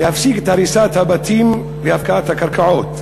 ולהפסיק את הריסת הבתים והפקעת הקרקעות.